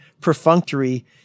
perfunctory